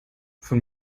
von